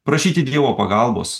prašyti dievo pagalbos